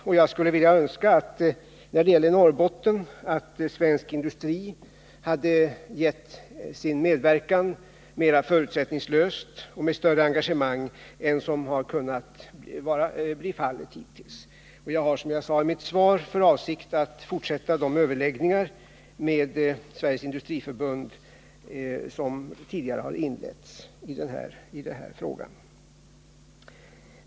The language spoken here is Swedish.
Och när det gäller 101 Norrbotten skulle jag önska att svensk industri hade medverkat mer förutsättningslöst och med större engagemang än som varit fallet hittills. Jag har, som jag sade i mitt svar, för avsikt att fortsätta de överläggningar med Sveriges industriförbund som tidigare har inletts i den här frågan.